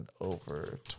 over